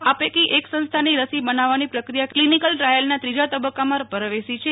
આ પૈકી એક સંસ્થાની રસી બનાવવાની પ્રક્રિયા ક્લિનીકલ ટ્રાયલના ત્રીજા તબક્કામાં પ્રવેશી છે